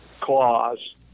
clause